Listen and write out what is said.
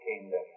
kingdom